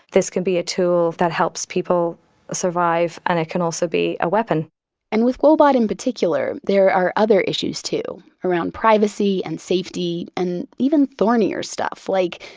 this can be a tool that helps people survive and it can also be a weapon and with woebot in particular, there are other issues too around privacy and safety and even thornier stuff like,